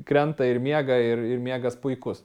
krenta ir miega ir ir miegas puikus